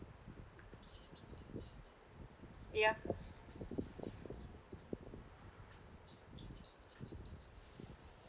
ya